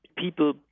People